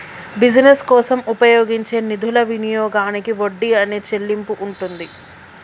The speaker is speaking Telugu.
బిజినెస్ కోసం ఉపయోగించే నిధుల వినియోగానికి వడ్డీ అనే చెల్లింపు ఉంటుంది